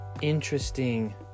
interesting